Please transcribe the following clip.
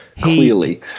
Clearly